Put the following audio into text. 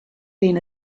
been